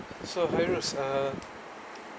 so hairus uh